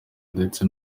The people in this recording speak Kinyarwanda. ndetse